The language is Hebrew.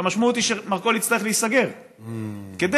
והמשמעות היא שמרכול יצטרך להיסגר כדי